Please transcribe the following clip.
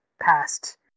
past